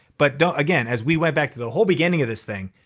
but again, as we went back to the whole beginning of this thing,